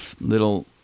little